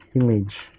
image